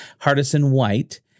Hardison-White